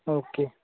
okay